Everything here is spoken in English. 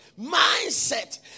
Mindset